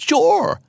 Sure